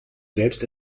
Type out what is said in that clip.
selbst